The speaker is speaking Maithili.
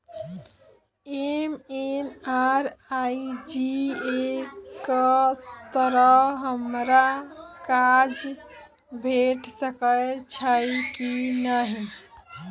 एम.एन.आर.ई.जी.ए कऽ तहत हमरा काज भेट सकय छई की नहि?